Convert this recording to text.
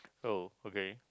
oh okay